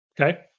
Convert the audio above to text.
okay